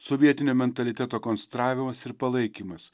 sovietinio mentaliteto konstravimas ir palaikymas